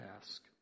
task